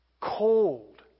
Cold